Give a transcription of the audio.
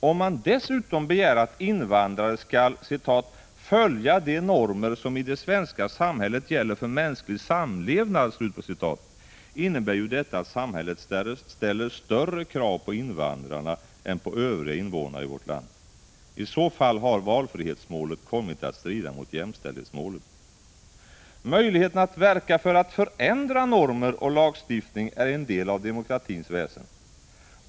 Om vi dessutom begär att invandrare skall ”följa de normer som i det svenska samhället gäller för mänsklig samlevnad”, innebär ju detta att samhället ställer större krav på invandrarna än på övriga invånare i vårt land. I så fall har valfrihetsmålet kommit att strida mot jämställdhetsmålet. Möjligheten att verka för att förändra normer och lagstiftning är en del av demokratins väsen.